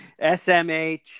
SMH